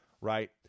Right